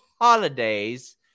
holidays